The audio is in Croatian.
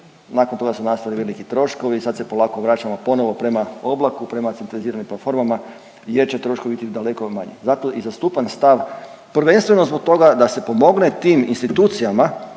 nakon toga su nastali veliki troškovi, sad se polako vraćamo ponovo prema oblaku, prema centraliziranim platformama jer će troškovi biti daleko manji. Zato i zastupam stav prvenstveno zbog toga da se pomogne tim institucijama